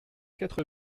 quatre